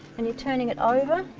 and you're turning it over